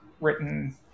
written